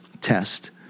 test